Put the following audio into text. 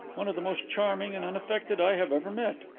one of the most charming and unaffected i have ever met.